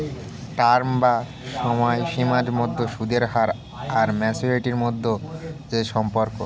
term বা সময়সীমার মধ্যে সুদের হার আর ম্যাচুরিটি মধ্যে যে সম্পর্ক